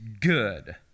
good